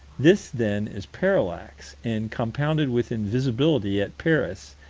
this, then, is parallax, and, compounded with invisibility at paris,